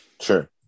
Sure